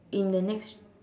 in the next